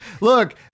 Look